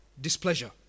displeasure